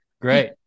Great